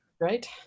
right